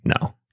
No